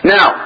Now